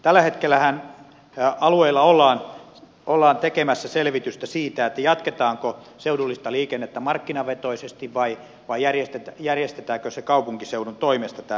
tällä hetkellähän alueella ollaan tekemässä selvitystä siitä jatketaanko seudullista liikennettä markkinavetoisesti vai järjestetäänkö kaupunkiseudun toimesta tämä liikenteen suunnittelu